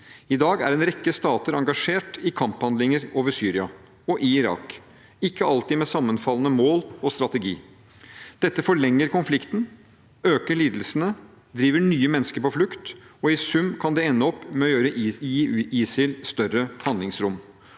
I dag er en rekke stater engasjert i kamphandlinger over Syria, og i Irak, ikke alltid med sammenfallende mål og strategi. Dette forlenger konflikten, øker lidelsene, driver nye mennesker på flukt – og i sum kan det ende opp med å gi ISIL større handlingsrom.